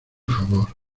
favor